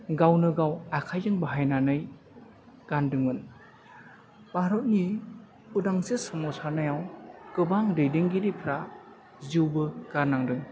गावनो गाव आखाइजों बाहायनानै गानदोंमोन भारतनि उदांस्रि सोमावसारनायाव गोबां दैदेनगिरिफोरा जिउबो गारनांदों